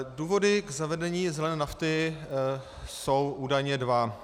Důvody k zavedení zelené nafty jsou údajně dva.